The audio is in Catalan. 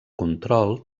control